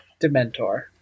Dementor